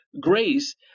grace